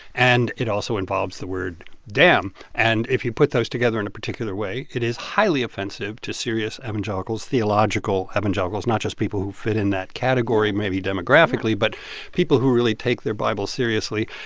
and it also involves the word damn. and if you put those together in a particular way, it is highly offensive to serious evangelicals, theological evangelicals not just people who fit in that category maybe demographically but people who really take their bible seriously.